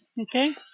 Okay